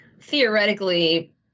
theoretically